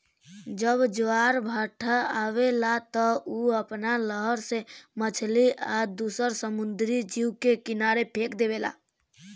जब ज्वार भाटा आवेला त उ आपना लहर से मछली आ दुसर समुंद्री जीव के किनारे फेक देवेला